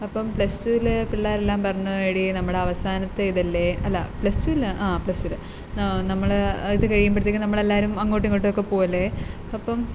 അപ്പം പ്ലസ്ടുവിലെ പിള്ളേരെല്ലാം പറഞ്ഞു എടീ നമ്മുടെ അവസാനത്തെ ഇതല്ലേ അല്ല പ്ലസ് ടു അല്ല ആ പ്ലസ്ടുലെ നമ്മൾ ഇത് കഴിയുമ്പോഴത്തേക്കും നമ്മൾ എല്ലാവരും അങ്ങോട്ടും ഇങ്ങോട്ടുമൊക്കെ പോകുകയല്ലേ അപ്പം